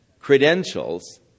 credentials